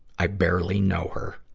i barely know her.